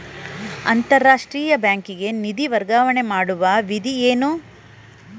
ಅಂತಾರಾಷ್ಟ್ರೀಯ ಬ್ಯಾಂಕಿಗೆ ನಿಧಿ ವರ್ಗಾವಣೆ ಮಾಡುವ ವಿಧಿ ಏನು?